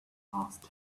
asked